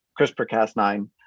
CRISPR-Cas9